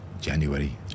January